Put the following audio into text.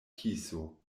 kiso